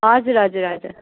हजुर हजुर हजुर